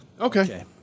Okay